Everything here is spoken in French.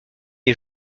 les